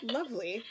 Lovely